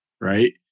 Right